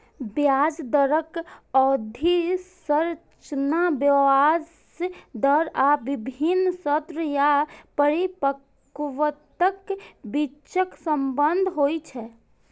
ब्याज दरक अवधि संरचना ब्याज दर आ विभिन्न शर्त या परिपक्वताक बीचक संबंध होइ छै